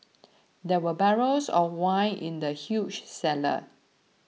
there were barrels of wine in the huge cellar